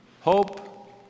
Hope